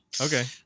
Okay